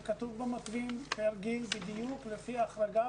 זה כתוב במתווים ופועלים בדיוק לפי ההחרגה